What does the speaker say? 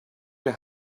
your